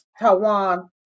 Taiwan